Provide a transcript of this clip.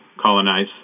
colonize